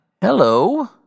Hello